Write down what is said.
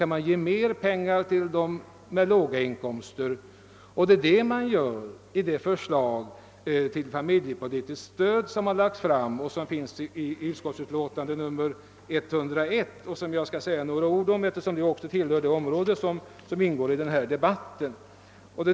Man kan ge mer pengar till dem som har låga inkomster. En sådan innebörd har det förslag beträffande familjepolitiskt stöd som lagts fram och som behandlas i statsutskottets utlåtande nr 101. Jag skall säga några ord om detta förslag, eftersom dessa frågor ingår i debatten.